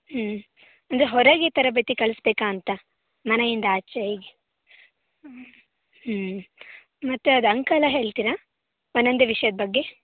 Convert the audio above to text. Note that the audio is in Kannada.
ಅಂದರೆ ಹೊರಗೆ ತರಬೇತಿ ಕಲಿಸಬೇಕಾ ಅಂತ ಮನೆಯಿಂದ ಆಚೆ ಹೀಗೆ ಮತ್ತು ಅದು ಅಂಕಯೆಲ್ಲ ಹೇಳ್ತೀರಾ ಒಂದೊಂದೇ ವಿಷಯದ ಬಗ್ಗೆ